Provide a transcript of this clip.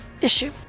issue